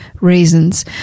reasons